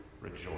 rejoice